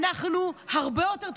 אנחנו הרבה יותר טובים,